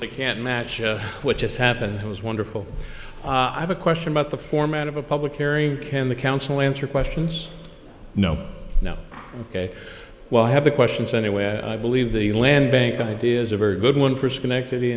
the can't match which just happened it was wonderful i have a question about the format of a public area can the council answer questions no no ok well i have the questions anyway i believe the land bank ideas a very good one for schenectady